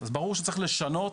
ברור שצריך לשנות